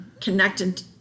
connected